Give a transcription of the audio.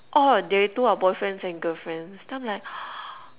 oh they two are boyfriends and girlfriends then I'm like